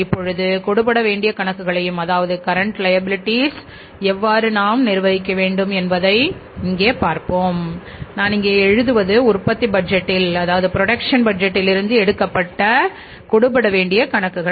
இப்பொழுது கொடுபட வேண்டிய கணக்குகளையும் அதாவது கரண்ட் லயபிலிட்டி இருந்து எடுக்கப்பட்ட கொடுபட வேண்டிய கணக்குகள்